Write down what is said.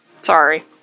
sorry